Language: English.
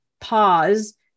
pause